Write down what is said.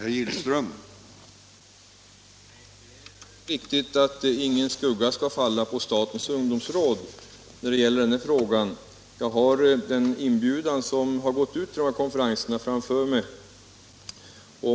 Herr talman! Det är riktigt att ingen skugga skall falla på statens ungdomsråd när det gäller den här frågan. Jag har den inbjudan som har gått ut till konferenserna framför mig.